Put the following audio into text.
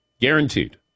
Guaranteed